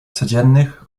codziennych